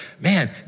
man